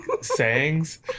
sayings